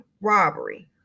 robbery